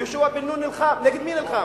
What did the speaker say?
ויהושע בן נון נלחם, נגד מי נלחם?